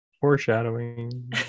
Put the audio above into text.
foreshadowing